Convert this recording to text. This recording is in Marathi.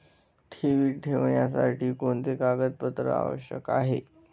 ठेवी ठेवण्यासाठी कोणते कागदपत्रे आवश्यक आहे?